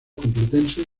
complutense